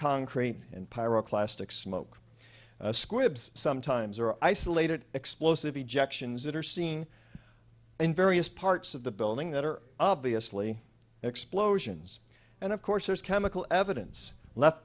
concrete and pyro plastic smoke squibs sometimes or isolated explosive rejections that are seen in various parts of the building that are obviously explosions and of course there is chemical evidence left